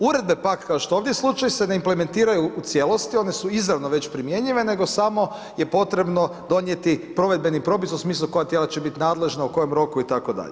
Uredbe pak, kao što je ovdje slučaj se ne implementiraju u cijelosti, one su izravno već primjenjive, nego samo je potrebno donijeti provedbeni propis u smislu koja tijela će biti nadležna, u kojem roku itd.